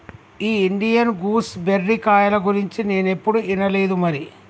ఈ Indian gooseberry కాయల గురించి నేనేప్పుడు ఇనలేదు మరి